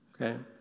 Okay